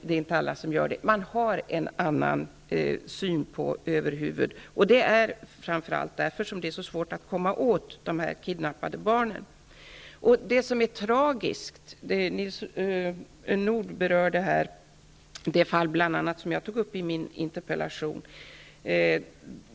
Det är inte alla som gör det. Man har en annan syn på vem som är familjens överhuvud. Det är därför det är så svårt att komma åt dessa kidnappade barn. Nils Nordh berörde här bl.a. det fall som jag tog upp i min interpellation.